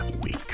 week